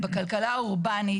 בכלכלה האורבנית,